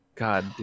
God